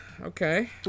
Okay